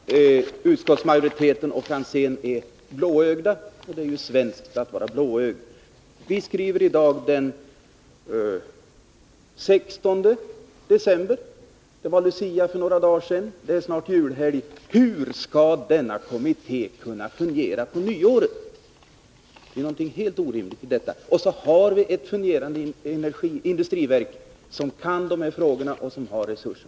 Fru talman! Utskottsmajoriteten och herr Franzén är blåögda, men det är ju svenskt att vara blåögd. Vi skriver i dag den 16 december. Det var Lucia för några dagar sedan, och det är snart julhelg. Hur skall denna kommitté kunna fungera till nyåret? Det är något helt orimligt i den tanken. Vi har dock ett fungerande industriverk, som kan dessa frågor och som har resurser.